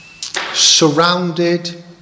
surrounded